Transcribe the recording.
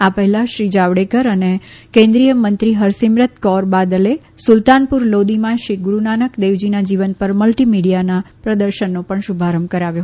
આ પહેલા શ્રી જાવડેકર અને કેન્દ્રીય મંત્રી હરીસિમરત કૌર બાદલે સુલતાનપુર લોદીમાં શ્રી ગુરૂનાનક દેવજીના જીવન પર મલ્ટીમીડીયા પ્રદર્શનીનો પણ શુભારંભ કરાવ્યો